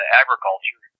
agriculture